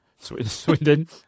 Swindon